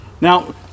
Now